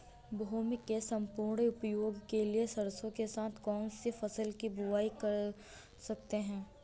भूमि के सम्पूर्ण उपयोग के लिए सरसो के साथ कौन सी फसल की बुआई कर सकते हैं?